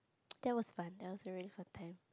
that was fun that was a really fun time